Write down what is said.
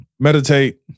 Meditate